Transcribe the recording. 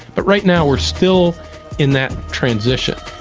but right now we're still in that transition.